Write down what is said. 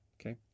Okay